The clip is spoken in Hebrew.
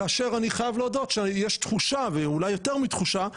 כאשר אני חייב להודות שיש תחושה ואולי יותר מתחושה,